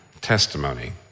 testimony